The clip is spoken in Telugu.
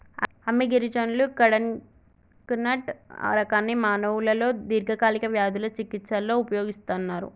అమ్మి గిరిజనులు కడకనట్ రకాన్ని మానవులలో దీర్ఘకాలిక వ్యాధుల చికిస్తలో ఉపయోగిస్తన్నరు